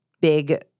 big